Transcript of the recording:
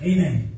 Amen